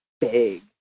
big